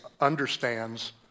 understands